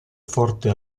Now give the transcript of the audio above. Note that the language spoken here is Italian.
forte